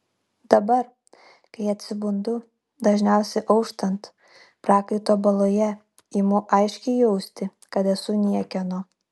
dabar kai atsibundu dažniausiai auštant prakaito baloje imu aiškiai jausti kad esu niekieno